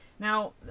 Now